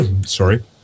Sorry